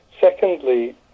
Secondly